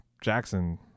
Jackson